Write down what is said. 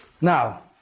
Now